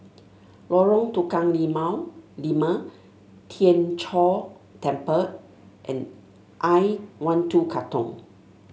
Lorong Tukang Limau Lima Tien Chor Temple and I one two Katong